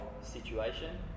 situation